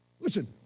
Listen